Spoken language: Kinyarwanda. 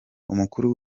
umukuru